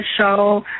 show